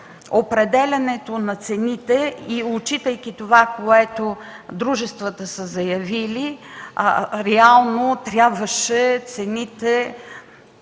определянето на цените и отчитайки това, което дружествата са заявили, реално трябваше цените